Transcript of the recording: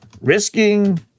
risking